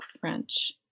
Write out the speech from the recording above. French